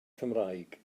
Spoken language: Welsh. cymraeg